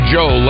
Joe